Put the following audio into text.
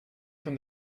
from